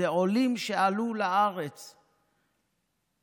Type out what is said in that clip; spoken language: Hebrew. אלה עולים שעלו לארץ מקוצ'ין,